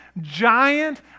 giant